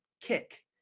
Kick